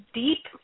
deep